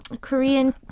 Korean